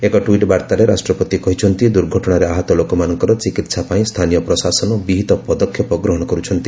ଏକ ଟ୍ୱିଟ୍ ବାର୍ତ୍ତାରେ ରାଷ୍ଟ୍ରପତି କହିଛନ୍ତି ଦୁର୍ଘଟଣାରେ ଆହତ ଲୋକମାନଙ୍କର ଚିକିହା ପାଇଁ ସ୍ଥାନୀୟ ପ୍ରଶାସନ ବିହିତ ପଦକ୍ଷେପ ଗ୍ରହଣ କରୁଛନ୍ତି